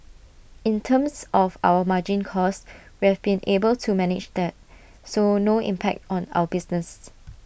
in terms of our margin costs we've been able to manage that so no impact on our business